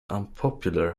unpopular